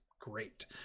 great